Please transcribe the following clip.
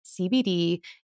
CBD